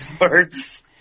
words